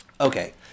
Okay